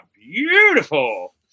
beautiful